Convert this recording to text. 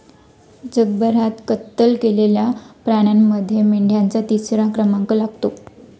जगभरात कत्तल केलेल्या प्राण्यांमध्ये मेंढ्यांचा तिसरा क्रमांक लागतो